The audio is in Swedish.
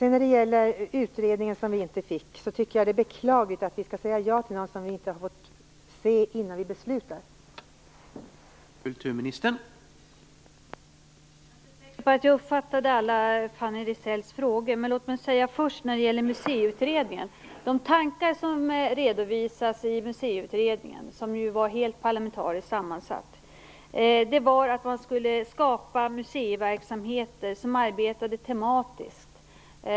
När det gäller den utredning som vi inte fick är det beklagligt att vi skall säga ja till någonting som vi inte har fått se innan vi beslutar om det.